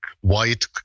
white